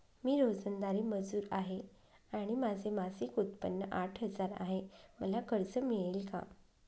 मी रोजंदारी मजूर आहे आणि माझे मासिक उत्त्पन्न आठ हजार आहे, मला कर्ज मिळेल का?